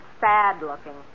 sad-looking